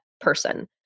person